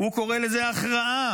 הוא קורא לזה הכרעה,